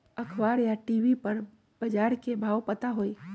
अखबार या टी.वी पर बजार के भाव पता होई?